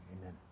amen